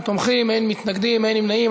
32 תומכים, אין מתנגדים, אין נמנעים.